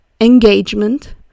engagement